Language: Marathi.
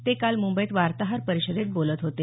ते काल मुंबईत वार्ताहर परिषदेत बोलत होते